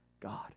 God